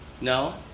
No